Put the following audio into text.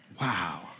Wow